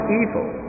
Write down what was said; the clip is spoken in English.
evil